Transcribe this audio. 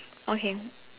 okay